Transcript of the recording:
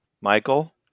Michael